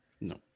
No